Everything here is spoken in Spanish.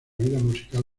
musical